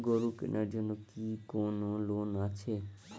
গরু কেনার জন্য কি কোন লোন আছে?